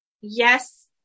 yes